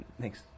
Thanks